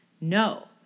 No